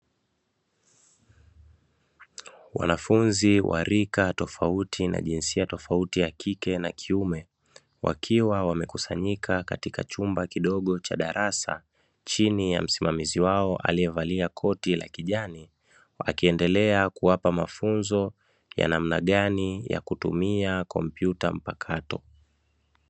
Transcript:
Wanafunzi wa rika tofauti na jinsia tofauti ya kike na kiume, wakiwa wamekusanyika katika chumba kidogo cha darasa, chini ya msimamizi wao aliyevalia koti la kijani, akiendelea kuwapa mafunzo ya namna gani ya kutumia kompyuta mpakato.